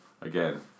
again